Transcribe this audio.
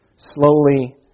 slowly